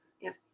Yes